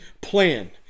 plan